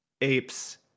apes